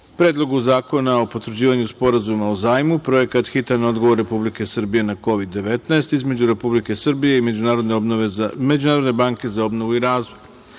Predlogu zakona o potvrđivanju Sporazuma o zajmu (Projekat „Hitan odgovor Republike Srbije na Kovid-19“) između Republike Srbije i Međunarodne banke za obnovu i razvoj,-